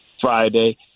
Friday